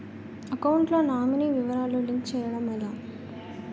Account లో nominee వివరాలు link చేయటం ఎలా?